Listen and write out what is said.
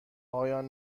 پایان